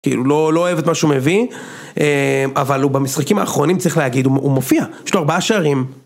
כאילו לא אוהב את מה שהוא מביא, אבל הוא במשחקים האחרונים צריך להגיד, הוא מופיע, יש לו ארבעה שערים.